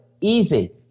easy